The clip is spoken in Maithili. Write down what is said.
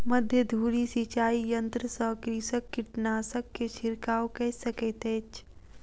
मध्य धूरी सिचाई यंत्र सॅ कृषक कीटनाशक के छिड़काव कय सकैत अछि